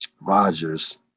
Rodgers